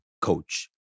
coach